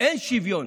אין שוויון.